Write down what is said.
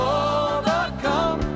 overcome